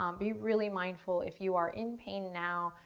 um be really mindful. if you are in pain now,